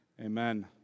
Amen